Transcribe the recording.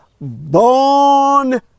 born